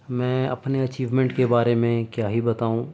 میں اپنی اچیومینٹ کے بارے میں کیا ہی بتاؤں